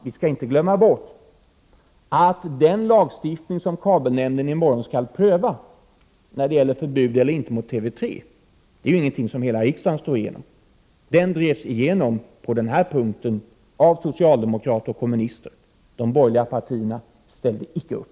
Vi skall inte glömma bort att den lagstiftning som kabelnämnden i morgon skall pröva när det gäller förbud eller inte mot TV 3 inte är någonting som hela riksdagen står bakom. Den drevs igenom på den här punkten av socialdemokrater och kommunister. De borgerliga partierna ställde icke upp.